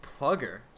Plugger